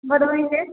भदोही से